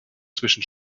zwischen